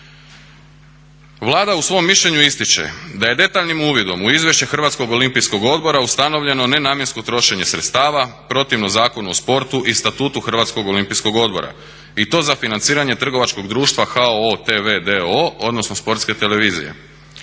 Vlada u svom mišljenju ističe da je detaljnim uvidom u izvješće Hrvatskog olimpijskog odbora ustanovljeno nenamjensko trošenje sredstava protivno Zakonu o sportu i statutu Hrvatskog olimpijskog odbora i to za financiranje trgovačkog društva HOO TV d.o., odnosno Sportske televizije.